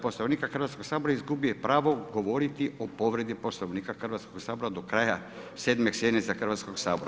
Poslovnika Hrvatskog sabora izgubio je pravo govoriti o povredi Poslovnika Hrvatskog sabora do kraja 7. sjednice Hrvatskog sabora.